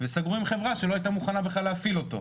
וסגרו עם חברה שלא היתה מוכנה בכלל להפעיל אותו.